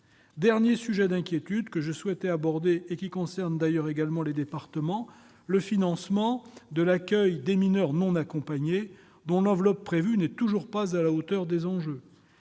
Dernier sujet d'inquiétude que je souhaitais aborder et qui concerne d'ailleurs également les départements : le financement de l'accueil des mineurs non accompagnés (MNA), dont l'enveloppe prévue n'est toujours pas à la hauteur des enjeux.